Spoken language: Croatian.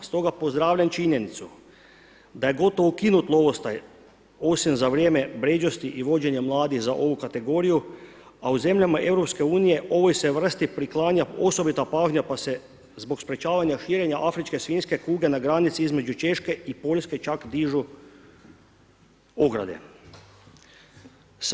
Stoga pozdravljam činjenicu da je gotovo ukinut lovostaj, osim za vrijeme bređosti i vođenja mladih za ovu kategoriju a u zemljama Europske unije ovoj se vrsti priklanja osobita pažnja pa se zbog sprečavanja širenja afričke svinjske kuge na granici između Češke i Poljske čak dižu ograde.